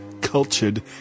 cultured